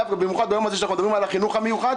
ובמיוחד ביום הזה שאנחנו מדברים על החינוך המיוחד,